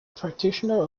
practitioner